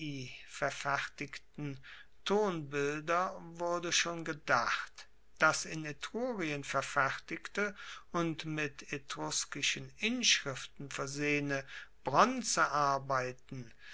verfertigten tonbilder wurde schon gedacht dass in etrurien verfertigte und mit etruskischen inschriften versehene